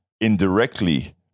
indirectly